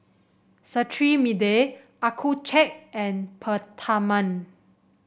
Cetrimide Accucheck and Peptamen